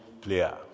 player